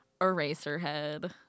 Eraserhead